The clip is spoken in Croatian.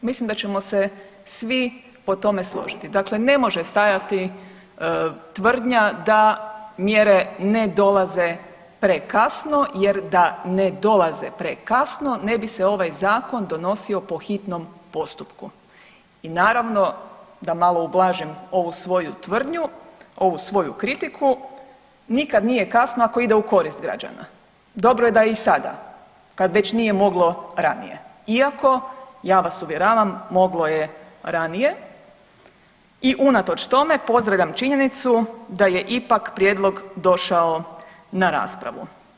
Mislim da ćemo se svi po tome složiti, dakle ne može stajati tvrdnja da mjere ne dolaze prekasno jer da ne dolaze prekasno, ne bi se ovaj zakon donosio po hitnom postupku i naravno da malo ublažim ovu svoju tvrdnju, ovu svoju kritiku, nikad nije kasno ako ide u korist građana, dobro je da je i sada kad već nije moglo ranije iako ja vas uvjeravam, moglo je ranije i unatoč tome, pozdravljam činjenicu da je ipak prijedlog došao na raspravu.